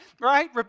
Right